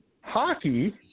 hockey